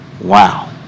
wow